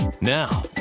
now